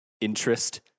interest